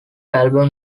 album